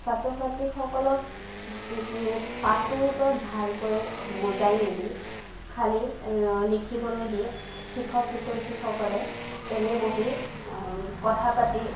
ছাত্ৰ ছাত্ৰীসকলক কি কি পাঠৰ পৰা ভালকৈ বুজাই নিদি খালি লিখিবলৈ দিয়ে শিক্ষক শিক্ষয়িত্ৰীসকলে এনেই বহি কথা পাতি